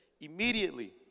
immediately